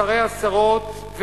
שרי עשרות,